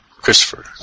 Christopher